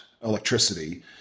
electricity